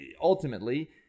ultimately